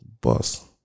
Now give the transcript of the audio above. boss